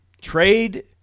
Trade